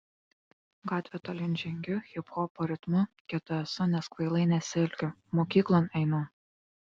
gatve tolyn žengiu hiphopo ritmu kieta esu nes kvailai nesielgiu mokyklon einu